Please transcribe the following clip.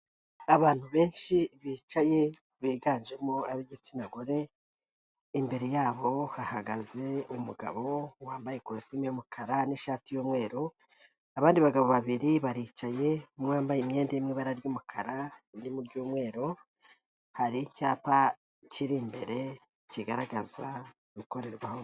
Abantu benshi bicaye biganjemo ab'igitsina gore, imbere yabo bahagaze umugabo wambaye ikositimu y'umukara n'ishati y'umweru, abandi bagabo babiri baricaye, umwe wambaye imyenda y'ibara ry'umukara, undi mu ry'umweru, hari icyapa kiri imbere kigaragaza ibikorerwaho.